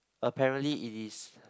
apparently it is